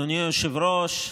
אדוני היושב-ראש,